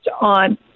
on